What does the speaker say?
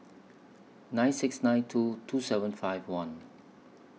nine six nine two two seven five one